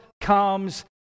comes